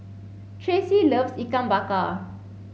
Traci loves Ikan Bakar